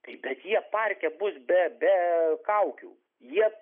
tai bet jie parke bus be be kaukių jie